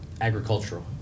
agricultural